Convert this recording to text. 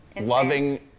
loving